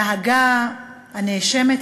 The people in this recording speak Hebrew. נהגה הנאשמת,